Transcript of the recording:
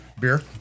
beer